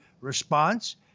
response